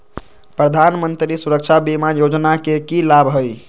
प्रधानमंत्री सुरक्षा बीमा योजना के की लाभ हई?